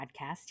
Podcast